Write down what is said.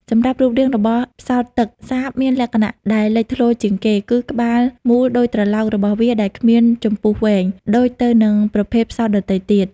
សម្រាប់រូបរាងរបស់ផ្សោតទឹកសាបមានលក្ខណៈដែលលេចធ្លោជាងគេ គឺក្បាលមូលដូចត្រឡោករបស់វា ដែលគ្មានចំពុះវែង ដូចទៅនឹងប្រភេទផ្សោតដទៃទៀត។